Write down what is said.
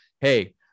hey